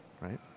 right